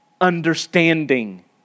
understanding